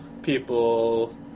People